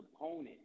opponent